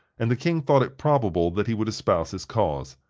and the king thought it probable that he would espouse his cause.